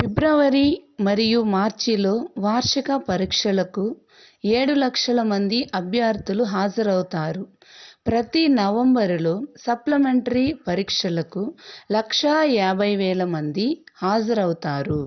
ఫిబ్రవరి మరియు మార్చిలో వార్షిక పరీక్షలకు ఏడు లక్షల మంది అభ్యర్థులు హాజరవుతారు ప్రతీ నవంబర్లో సప్లిమెంటరీ పరీక్షలకు లక్షా యాభై వేల మంది హాజరవుతారు